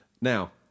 Now